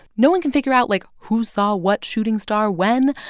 no one can figure out, like, who saw what shooting star when,